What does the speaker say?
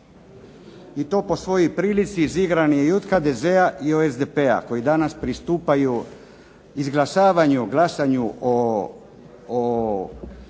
I to po svoj prilici izigran je i od HDZ-a i od SDP-a koji danas pristupaju izglasavanju, glasanju o